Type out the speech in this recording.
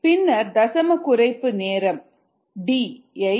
10 பின்னர் தசம குறைப்பு நேரம் D ஐ 2